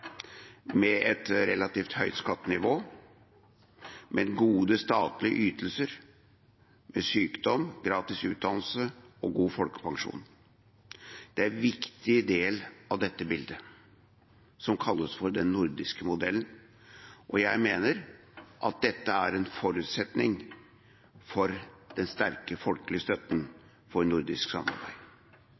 med et relativt høyt skattenivå, gode statlige ytelser ved sykdom, gratis utdannelse og en god folkepensjon. Dette er en viktig del av det som kalles den nordiske modellen, og jeg mener at dette er en forutsetning for den sterke folkelige støtten for nordisk samarbeid.